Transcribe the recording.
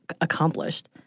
accomplished